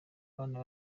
abana